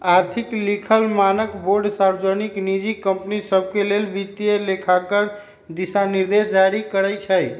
आर्थिक लिखल मानकबोर्ड सार्वजनिक, निजी कंपनि सभके लेल वित्तलेखांकन दिशानिर्देश जारी करइ छै